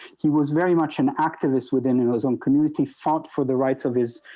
he was very much an activist within an ozone community fought for the rights of his